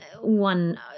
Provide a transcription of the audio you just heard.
One